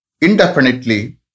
indefinitely